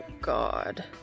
God